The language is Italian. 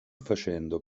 facendo